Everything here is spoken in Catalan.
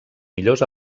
millors